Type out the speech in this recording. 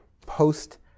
post